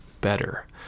better